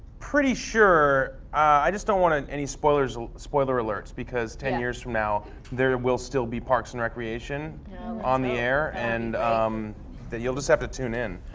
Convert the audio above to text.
pretty sure i just don't want ah any spoilers, spoiler alerts because ten years from now there will still be parks and recreation on the air and um you'll just have to tune in.